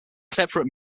separate